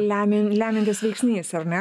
lemia lemiantis veiksnys ar ne